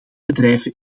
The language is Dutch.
bedrijven